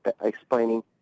explaining